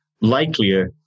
likelier